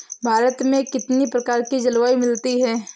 भारत में कितनी प्रकार की जलवायु मिलती है?